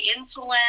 insulin